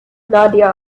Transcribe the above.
nadia